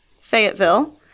Fayetteville